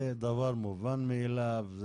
זה דבר מובן מאליו,